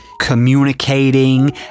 communicating